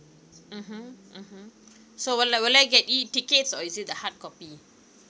mmhmm mmhmm so will I will I get E tickets or is it a hardcopy